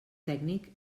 tècnic